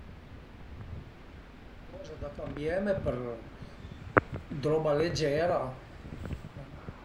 Coze da cambieme për, d'roba legera